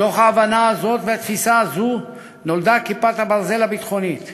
מתוך ההבנה הזאת והתפיסה הזאת נולדה "כיפת ברזל" הביטחונית,